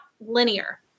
linear